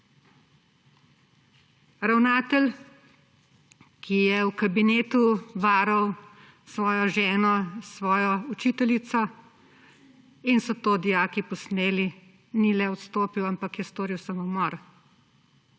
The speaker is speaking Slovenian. Ravnatelj, ki je v kabinetu varal svojo ženo s svojo učiteljico, in so to dijaki posneli, ni le odstopil, ampak je storil samomor.